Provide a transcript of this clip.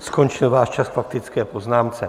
Skončil váš čas k faktické poznámce.